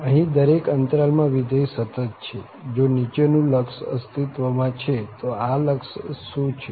અહીં દરેક અંતરાલ માં વિધેય સતત છે જો નીચેનું લક્ષ અસ્તિત્વમાં છે તો આ લક્ષ શું છે